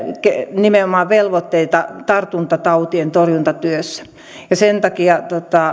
nimenomaan velvoitteita tartuntatautien torjuntatyössä sen takia